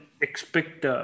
expect